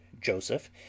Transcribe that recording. joseph